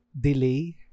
delay